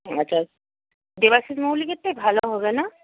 আচ্ছা দেবাশীষ মৌলিকেরটাই ভালো হবে না